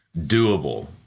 doable